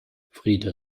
friede